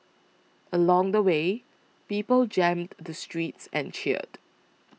along the way people jammed the streets and cheered